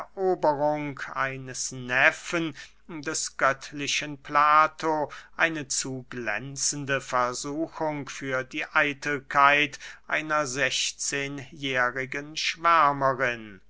eroberung eines neffen des göttlichen plato eine zu glänzende versuchung für die eitelkeit einer sechzehnjährigen